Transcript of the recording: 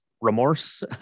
remorse